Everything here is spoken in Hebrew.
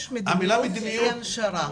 יש מדיניות אי הנשרה.